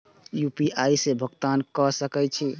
UPI से भुगतान क सके छी?